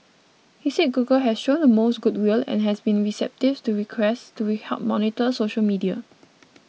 he said Google has shown the most good will and has been receptive to requests to be help monitor social media